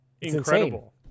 incredible